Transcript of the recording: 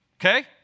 okay